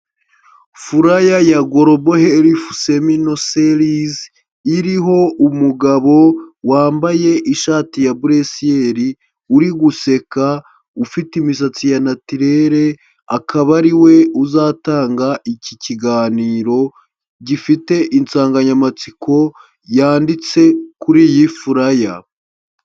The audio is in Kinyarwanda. Furaya ya Global Health Seminar Series, iriho umugabo wambaye ishati ya buresiyeri, uri guseka ufite imisatsi ya natirere, akaba ari we uzatanga iki kiganiro gifite insanganyamatsiko yanditse kuri iyi furaya.